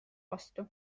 vastu